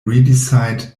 redesigned